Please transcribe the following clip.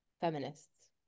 feminists